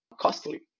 costly